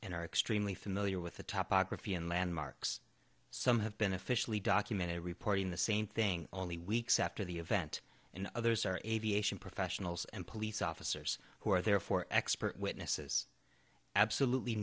and are extremely familiar with the top achrafieh and landmarks some have been officially documented reporting the same thing only weeks after the event and others are aviation professionals and police officers who are there for expert witnesses absolutely